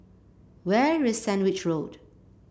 where is Sandwich Road